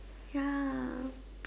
ya